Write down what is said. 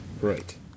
Right